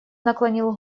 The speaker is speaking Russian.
наклонил